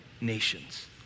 nations